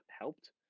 helped